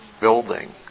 building